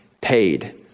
paid